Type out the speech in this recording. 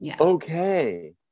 okay